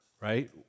Right